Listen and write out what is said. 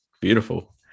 beautiful